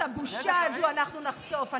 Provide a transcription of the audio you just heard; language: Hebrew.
את הבושה הזאת אנחנו נחשוף.